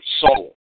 soul